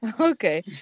Okay